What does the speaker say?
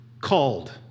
called